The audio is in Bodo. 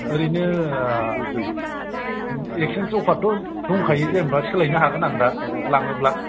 ओरैनो एकसेन्ज अफारथ' दंखायो जेनेबा सोलायनो हागोन आं दा लाङोब्ला